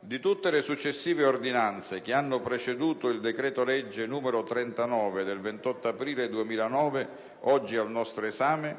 Di tutte le successive ordinanze che hanno preceduto il decreto-legge 28 aprile 2009, n. 39, oggi al nostro esame,